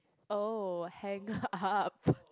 oh hang up